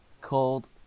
Called